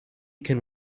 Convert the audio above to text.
can